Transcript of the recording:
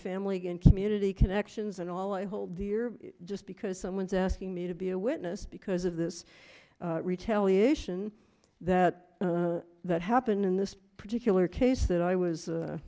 family and community connections and all i hold dear just because someone's asking me to be a witness because of this retaliation that that happened in this particular case that i was